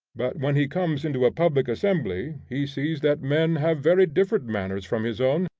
but when he comes into a public assembly he sees that men have very different manners from his own,